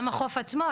גם החוף עצמו,